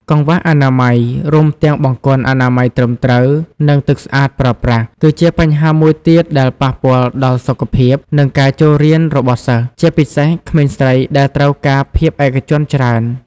កង្វះអនាម័យ រួមទាំងបង្គន់អនាម័យត្រឹមត្រូវ និងទឹកស្អាតប្រើប្រាស់ គឺជាបញ្ហាមួយទៀតដែលប៉ះពាល់ដល់សុខភាព និងការចូលរៀនរបស់សិស្ស ជាពិសេសក្មេងស្រីដែលត្រូវការភាពឯកជនច្រើន។